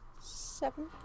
Seven